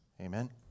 Amen